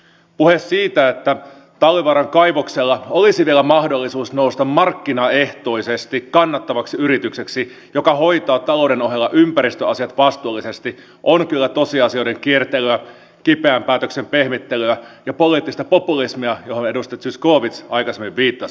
puhe siitä että talvivaaran kaivoksella olisi vielä mahdollisuus nousta markkinaehtoisesti kannattavaksi yritykseksi joka hoitaa talouden ohella ympäristöasiat vastuullisesti on kyllä tosiasioiden kiertelyä kipeän päätöksen pehmittelyä ja poliittista populismia johon edustaja zyskowicz aikaisemmin viittasi